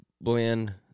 blend